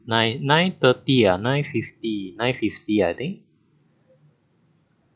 nine nine thirty ah nine fifty nine fifty ah I think